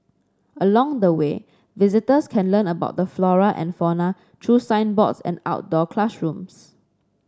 along the way visitors can learn about the flora and fauna through signboards and outdoor classrooms